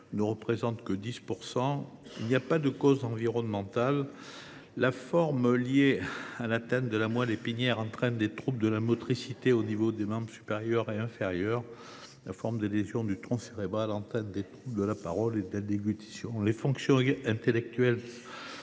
ne représente que 10 % des cas. Il n’y a pas de cause environnementale. La forme liée à l’atteinte de la moelle épinière entraîne des troubles de la motricité des membres supérieurs et inférieurs. La forme liée à des lésions du tronc cérébral entraîne des troubles de la parole et de la déglutition. Les fonctions intellectuelles